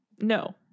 no